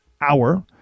hour